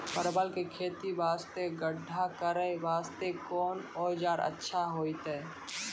परवल के खेती वास्ते गड्ढा करे वास्ते कोंन औजार अच्छा होइतै?